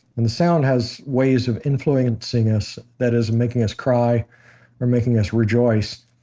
and the sound has ways of influencing us. that is, making us cry or making us rejoice.